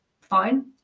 fine